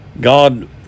God